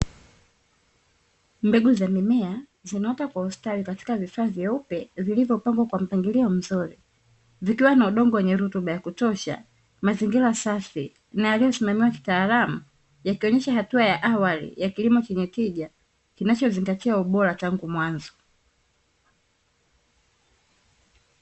Mbegu za mimea zinaota kwa ustawi katika vifaa vyeupe vilivyopangwa kwa mpangilio mzuri, vikiwa na udongo wenye rutuba ya kutosha, mazingira safi yaliyosimamiwa kitaalam yakionyesha hatua ya awali ya kilimo chenye tija kinachozingatia ubora tangu mwanzo.